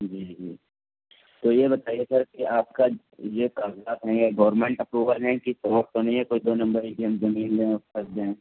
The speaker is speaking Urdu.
جی جی تو یہ بتائیے سر کہ آپ کا یہ کاغذات ہیں یہ گورمنٹ اپروول ہیں کہ فراڈ تو نہیں ہے کوئی دو نمبری کہ ہم زمین لیں اور پھنس جائیں